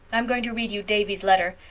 i'm going to read you davy's letter.